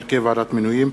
(הרכב ועדת מינויים),